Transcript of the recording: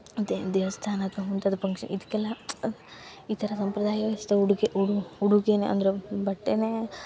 ಅದೇನು ದೇವಸ್ಥಾನ ಮುಂತಾದ ಫಂಕ್ಷನ್ ಇದ್ಕೆಲ್ಲ ಈ ಥರ ಸಂಪ್ರದಾಯಸ್ಥ ಉಡುಗೆ ಉಡು ಉಡುಗೆನ ಅಂದರೆ ಬಟ್ಟೆನೇ